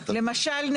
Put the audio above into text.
למשל: